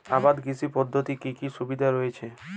আবাদ কৃষি পদ্ধতির কি কি সুবিধা রয়েছে?